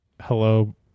Hello